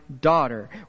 daughter